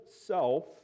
self